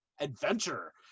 adventure